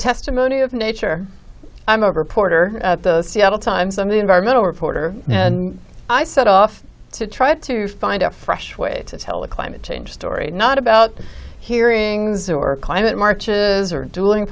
testimony of nature i'm a reporter at the seattle times and the environmental reporter and i set off to try to find a fresh way to tell the climate change story not about the hearings or climate marches or doing